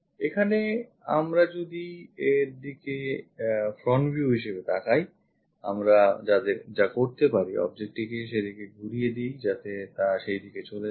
এখানে আমরা যদি এর দিকে front view হিসেবে তাকাই আমরা যা করতে পারি object টিকে সেদিকে ঘুরিয়ে দিই যাতে তা সেইদিকে চলে আসে